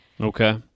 okay